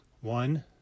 one